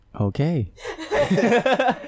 Okay